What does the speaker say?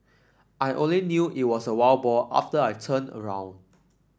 I only knew it was a wild boar after I turned around